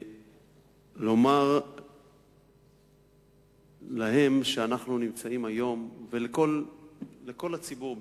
ולומר להם שאנחנו נמצאים היום, ולכל הציבור בעצם,